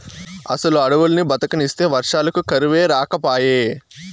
అసలు అడవుల్ని బతకనిస్తే వర్షాలకు కరువే రాకపాయే